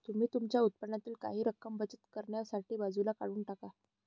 तुम्ही तुमच्या उत्पन्नातील काही रक्कम बचत करण्यासाठी बाजूला काढून टाका